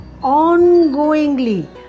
ongoingly